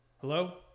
hello